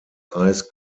eis